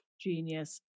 genius